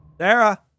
Sarah